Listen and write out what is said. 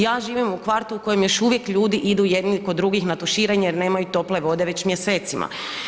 Ja živim u kvartu u kojem još uvijek ljudi idu jedni kod drugih na tuširanje jer nemaju tople vode već mjesecima.